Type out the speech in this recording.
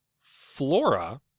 Flora